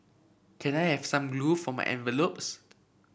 can I have some glue for my envelopes